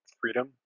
freedom